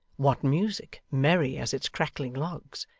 what music merry as its crackling logs,